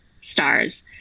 stars